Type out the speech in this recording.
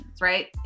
right